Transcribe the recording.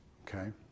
Okay